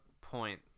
point